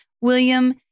William